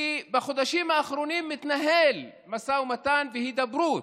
כי בחודשים האחרונים מתנהלים משא ומתן והידברות,